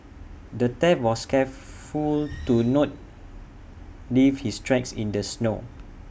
the thief was careful to not leave his tracks in the snow